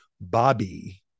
Bobby